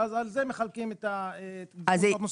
ואז על זה מחלקים את השעות הנוספות.